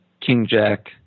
king-jack